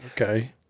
Okay